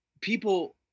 people